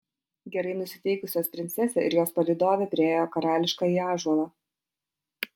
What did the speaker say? gerai nusiteikusios princesė ir jos palydovė priėjo karališkąjį ąžuolą